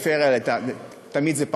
בפריפריה תמיד זה פחות,